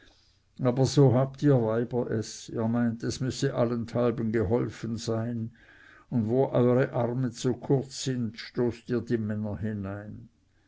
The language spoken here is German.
aber so habt ihr weiber es ihr meint es müsse allenthalben geholfen sein und wo eure arme zu kurz sind stoßt ihr die männer hinein